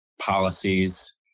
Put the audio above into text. policies